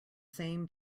same